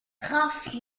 gaf